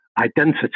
identity